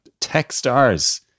Techstars